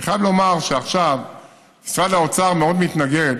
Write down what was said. אני חייב לומר שעכשיו משרד האוצר מאוד מתנגד